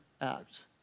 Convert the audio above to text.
act